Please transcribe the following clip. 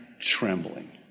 trembling